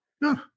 No